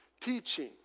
teaching